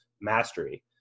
mastery